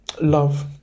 love